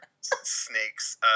Snake's